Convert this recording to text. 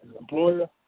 employer